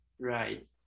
Right